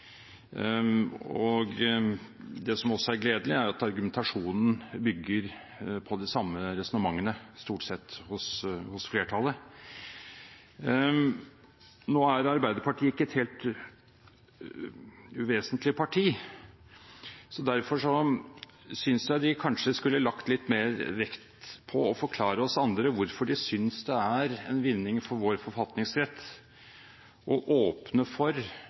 Det som også er gledelig, er at argumentasjonen hos flertallet bygger på de samme resonnementene – stort sett. Nå er Arbeiderpartiet ikke et helt uvesentlig parti. Derfor synes jeg de kanskje skulle lagt litt mer vekt på å forklare oss andre hvorfor de synes det er en vinning for vår forfatningsrett å åpne for